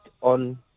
on